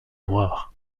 noirs